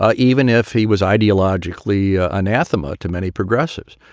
ah even if he was ideologically anathema to many progressives.